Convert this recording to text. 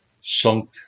sunk